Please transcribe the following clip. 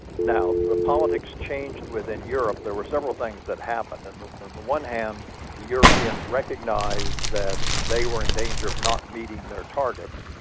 now the politics changed within europe. there were several things that happened. and on and the one hand the europeans recognised that they were in danger of not meeting their targets.